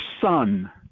son